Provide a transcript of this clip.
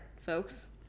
folks